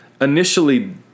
initially